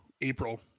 April